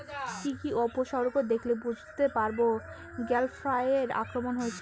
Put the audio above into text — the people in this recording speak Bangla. কি কি উপসর্গ দেখলে বুঝতে পারব গ্যাল ফ্লাইয়ের আক্রমণ হয়েছে?